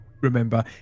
remember